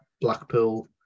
Blackpool